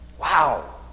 Wow